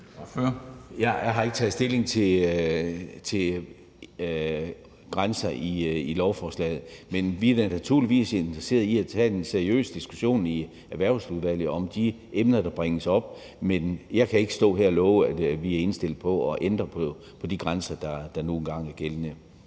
Jeg har ikke taget stilling til grænserne i lovforslaget. Men vi er da naturligvis interesseret i at tage en seriøs diskussion i Erhvervsudvalget om de emner, der bringes op. Men jeg kan ikke stå her og love, at vi er indstillet på at ændre på de grænser, der nu engang er gældende.